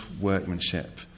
workmanship